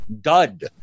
dud